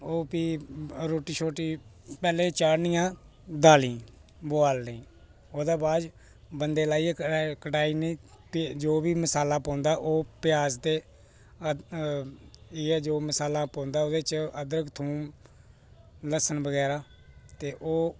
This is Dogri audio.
ओह् फी रोटी शोटी पैहलें चाढ़नियां दालीं बुआलनी ओह्दे बाद च बंदे लाइयै कटाई उड़ना जो बी मसाला पौंदा ओह् प्याज ते इ'यै जो मसाला पौंदा ओह्दे च अदरक थोम लहसन बगैरा ते ओह्